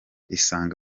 isange